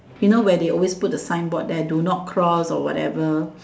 you know where they always put the signboard there do not cross or whatever